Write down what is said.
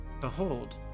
Behold